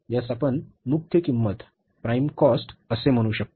यास आपण मुख्य किंमत असे म्हणू शकतो